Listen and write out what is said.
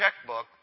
checkbook